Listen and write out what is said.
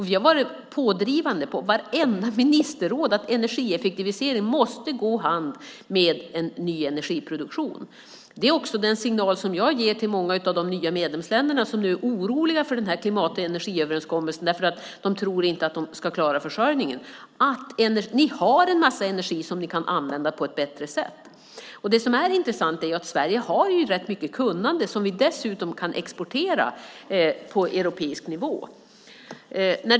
Vi har varit pådrivande på vartenda ministerrådsmöte om att energieffektivisering måste gå hand i hand med ny energiproduktion. Det är också den signal som jag ger till många av de nya medlemsländer som nu är oroliga för klimat och energiöverenskommelsen för att de tror att de inte ska klara sin försörjning: Ni har en massa energi som ni kan använda på ett bättre sätt. Det som är intressant är att Sverige har mycket kunnande som vi dessutom kan exportera på europeisk nivå.